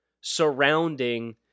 surrounding